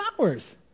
hours